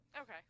Okay